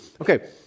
okay